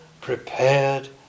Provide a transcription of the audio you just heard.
prepared